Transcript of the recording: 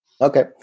Okay